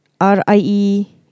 R-I-E